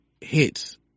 hits